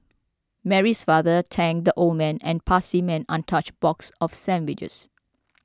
Mary's father thanked the old man and passed man untouched box of sandwiches